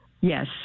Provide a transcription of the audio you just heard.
Yes